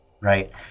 right